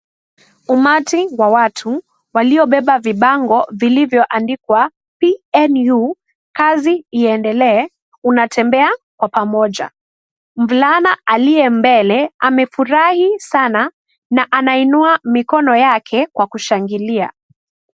Umati wa watu, waliobeba vibango vilivyoandikwa PNU, kazi iendelee, unaotembea kwa pamoja. Mvulana aliye mbele, wamefurahia sana na anainua mikono yake kwa kushangilia.